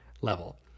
level